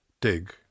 dig